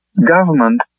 government